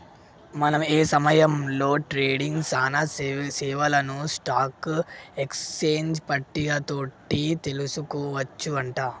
మనం ఏ సమయంలో ట్రేడింగ్ సానా సేవలను స్టాక్ ఎక్స్చేంజ్ పట్టిక తోటి తెలుసుకోవచ్చు అంట